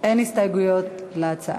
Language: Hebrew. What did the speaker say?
אין הסתייגויות להצעה.